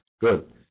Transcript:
Good